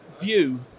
view